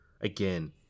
again